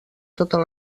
totes